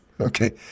Okay